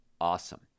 awesome